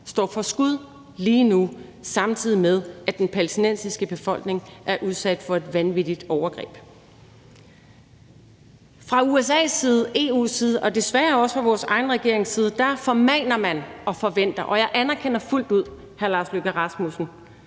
står for skud lige nu, samtidig med at den palæstinensiske befolkning er udsat for et vanvittigt overgreb. Fra USA's side, EU's side og desværre også fra vores egen regerings side formaner man og forventer. Og jeg anerkender fuldt ud, hr. Lars Løkke Rasmussen,